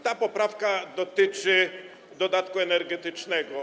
Ta poprawka dotyczy dodatku energetycznego.